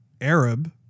Arab